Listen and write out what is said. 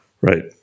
Right